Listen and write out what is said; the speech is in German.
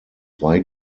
wei